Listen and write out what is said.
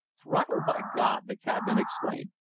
throttled, by god! the cabman exclaimed.